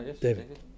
David